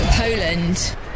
Poland